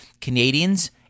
Canadians